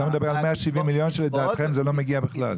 אתה מדבר על 170 מיליון שלדעתכם זה לא מגיע בכלל.